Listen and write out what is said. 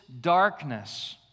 darkness